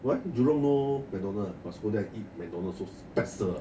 what jurong no mcdonald's must go there eat mcdonald's so special